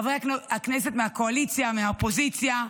חברי הכנסת מהקואליציה ומהאופוזיציה.